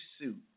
suit